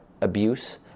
abuse